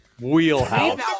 wheelhouse